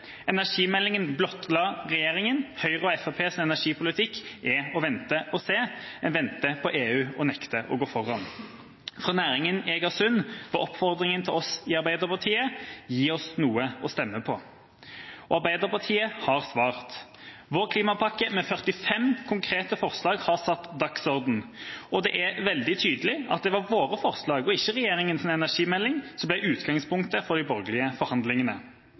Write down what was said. Energimeldingen blottla regjeringa. Høyre og Fremskrittspartiets energipolitikk er å vente og se. En venter på EU og nekter å gå foran. Fra næringen i Egersund var oppfordringen til oss i Arbeiderpartiet: Gi oss noe å stemme på! Arbeiderpartiet har svart. Vår klimapakke med 45 konkrete forslag har satt dagsorden. Og det er veldig tydelig at det var våre forslag, og ikke regjeringas energimelding, som ble utgangspunktet for de borgerlige forhandlingene